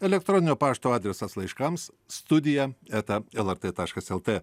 elektroninio pašto adresas laiškams studija eta lrt taškas lt